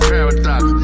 Paradox